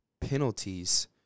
penalties